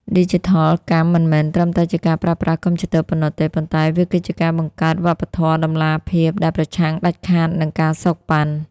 ឌីជីថលកម្មមិនមែនត្រឹមតែជាការប្រើប្រាស់កុំព្យូទ័រប៉ុណ្ណោះទេ ប៉ុន្តែវាគឺជាការបង្កើត "វប្បធម៌តម្លាភាព" ដែលប្រឆាំងដាច់ខាតនឹង ការសូកប៉ាន់។